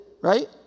right